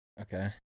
Okay